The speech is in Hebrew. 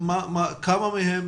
כמה מהם